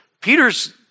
Peter's